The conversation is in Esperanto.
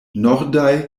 nordaj